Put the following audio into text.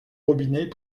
robinet